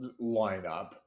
lineup